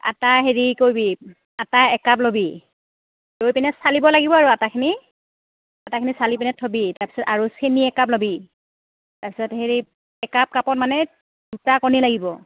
আটা হেৰি কৰিবি আটা একাপ ল'বি লৈ পিনে চালিব লাগিব আৰু আটাখিনি আটাখিনি চালি পিনে থবি তাৰপিছত আৰু চেনি একাপ ল'বি তাৰপিছত হেৰি একাপ কাপত মানে দুটা কণী লাগিব